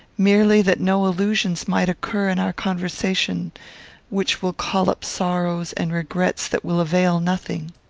merely that no allusions might occur in our conversation which will call up sorrows and regrets that will avail nothing.